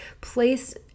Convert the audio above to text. place